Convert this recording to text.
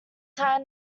time